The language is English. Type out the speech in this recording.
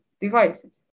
devices